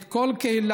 את כל קהילתנו,